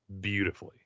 beautifully